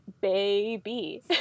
baby